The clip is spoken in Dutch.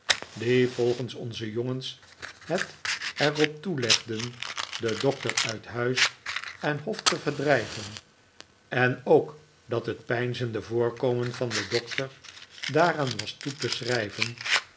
die volgens onze jongens het er op toelegden den doctor uit huis en hof te verdrijven en ook dat het peinzende voorkomen van den doctor daaraan was toe te schrijven